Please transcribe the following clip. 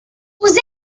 poseu